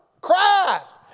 Christ